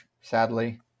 Sadly